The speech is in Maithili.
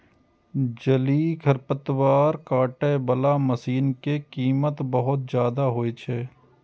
जलीय खरपतवार काटै बला मशीन के कीमत बहुत जादे होइ छै